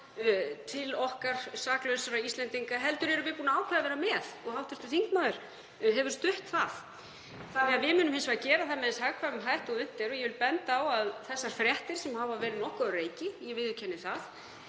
til okkar saklausra Íslendinga heldur erum við búin að ákveða að vera með og hv. þingmaður hefur stutt það. Við munum hins vegar gera það með eins hagkvæmum hætti og unnt er. Þessar fréttir hafa verið nokkuð á reiki, ég viðurkenni það,